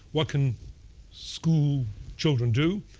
what can school children do?